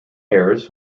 errors